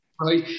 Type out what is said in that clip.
right